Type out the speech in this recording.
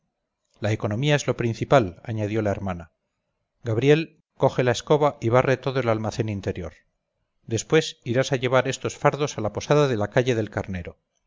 la economía es lo principal añadió la hermana gabriel coge la escoba y barre todo el almacén interior después irás a llevar estos fardos a la posada de la calle del carnero